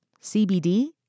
CBD